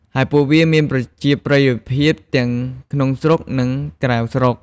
ហើយពួកវាមានប្រជាប្រិយភាពទាំងក្នុងស្រុក និងក្រៅស្រុក។